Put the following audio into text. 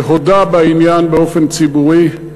שהודה בעניין באופן ציבורי,